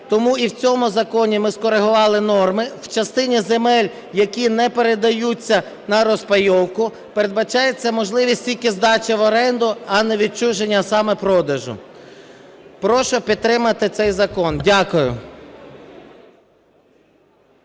тому і в цьому законі ми скоригували норми в частині земель, які не передаються на розпайовку, передбачається можливість тільки здачі в оренду, а не відчуження, а саме, продажу. Прошу підтримати цей закон. Дякую.